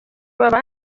baba